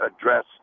address